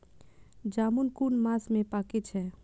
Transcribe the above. जामून कुन मास में पाके छै?